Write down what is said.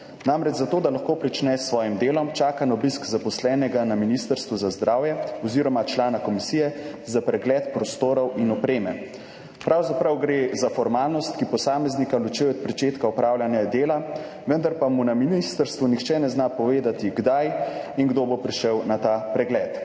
Namreč zato, da lahko začne s svojim delom, čaka na obisk zaposlenega na Ministrstvu za zdravje oziroma člana komisije za pregled prostorov in opreme. Pravzaprav gre za formalnost, ki posameznika ločuje od začetka opravljanja dela, vendar pa mu na ministrstvu nihče ne zna povedati, kdaj in kdo bo prišel na ta pregled.